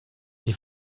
die